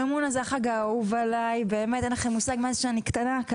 המימונה זה החג האהוב עליי, מאז שאני קטנה.